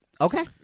Okay